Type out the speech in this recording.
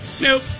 Nope